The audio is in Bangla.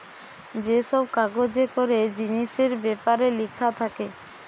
যে সব কাগজে করে জিনিসের বেপারে লিখা থাকে